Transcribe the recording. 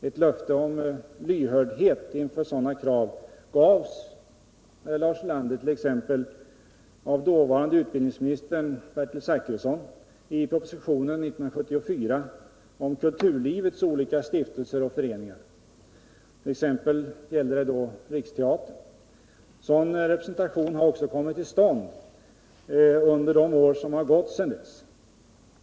Ett löfte om lyhördhet inför sådana krav gavs, Lars Ulander, t.ex. av dåvarande utbildningsministern Bertil Zachrisson i propositionen 1974 om kulturlivets olika stiftelser och föreningar. Då gällde det t.ex. Riksteatern. Sådan representation har också kommit till stånd under de år som gått sedan dess.